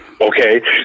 Okay